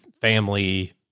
family